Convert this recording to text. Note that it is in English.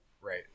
Right